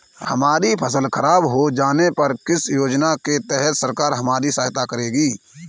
हमारी फसल खराब हो जाने पर किस योजना के तहत सरकार हमारी सहायता करेगी?